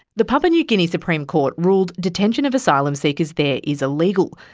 the papua new guinea supreme court ruled detention of asylum seekers there is illegal,